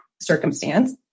circumstance